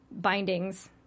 bindings